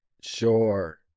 Sure